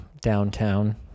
downtown